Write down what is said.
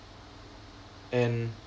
and